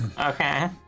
Okay